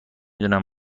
دونم